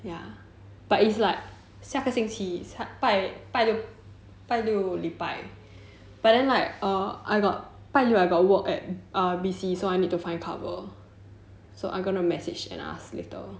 ya but it's like 下个星期拜六礼拜 but then like err I got 拜六 I got work at err B_C so I need to find cover so I'm gonna message and ask later